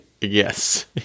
Yes